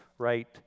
right